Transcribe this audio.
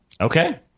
Okay